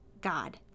God